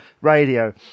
radio